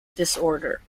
disorder